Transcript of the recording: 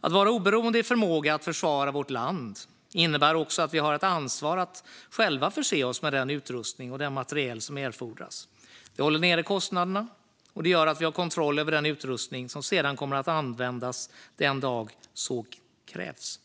Att vara oberoende i vår förmåga att försvara vårt land innebär också att vi har ett ansvar att själva förse oss med den utrustning och den materiel som erfordras. Det håller nere kostnaderna, och det gör att vi har kontroll över den utrustning som sedan kommer att användas den dag det krävs.